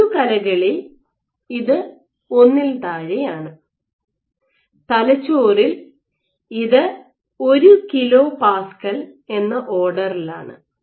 മൃദുകലകളിൽ ഇത് 1 ൽ താഴെയാണ് തലച്ചോറിൽ ഇത് 1 kPa എന്ന ഓർഡറിൽ ആണ്